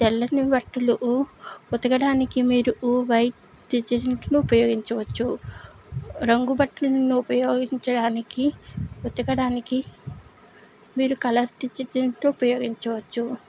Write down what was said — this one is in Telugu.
తెల్లని బట్టలు ఉతకడానికి మీరు వైట్ డిటర్జెంట్ ను ఉపయోగించవచ్చు రంగు బట్టలు ఉపయోగించడానికి ఉతకడానికి మీరు కలర్ డిటర్జెంట్ ఉపయోగించవచ్చు